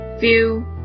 view